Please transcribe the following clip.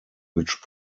which